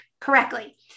correctly